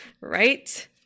Right